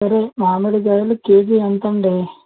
సరే మామిడికాయలు కేజీ ఎంత అండి